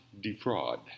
defraud